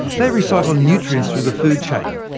they recycle nutrients through the food chain,